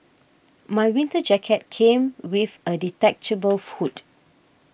my winter jacket came with a detachable hood